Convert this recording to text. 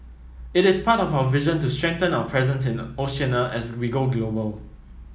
it is part of our vision to strengthen our presence in Oceania as we go global